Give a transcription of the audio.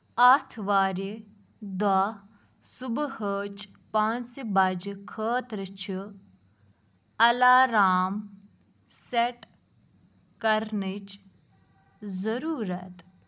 آتھوارِ دۄہ صبحٲچ پانٛژِ بجہِ خٲطرٕ چھِ الارام سٮ۪ٹ کرنٕچ ضٔروٗرت